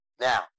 Now